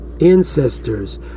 ancestors